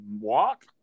walk